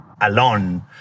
alone